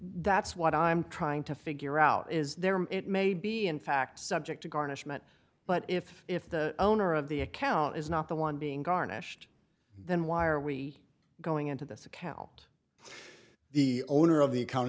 that's what i'm trying to figure out is there it may be in fact subject to garnishment but if if the owner of the account is not the one being garnished then why are we going into this account the owner of the account